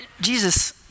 Jesus